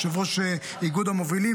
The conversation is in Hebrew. יושב-ראש איגוד המובילים,